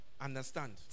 understand